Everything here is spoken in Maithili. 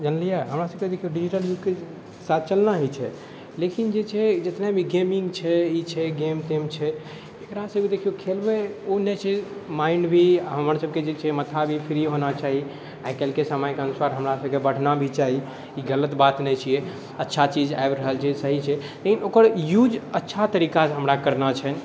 जानलियै हमरासभके डिजिटल युगके साथ चलना ही छै लेकिन जे छै जितने भी गेमिंग छै ई छै गेम तेम छै एकरासभके देखियौ खेलबै ओ नहि छै माइंड भी हमरसभके जे छै माथा भी फ्री होना चाही आइ काल्हिके समयके अनुसार हमरासभके बढ़ना भी चाही ई गलत बात नहि छियै अच्छा चीज आबि रहल छै सही छै लेकिन ओकर यूज अच्छा तरीकासँ हमरा करना छै